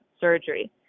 surgery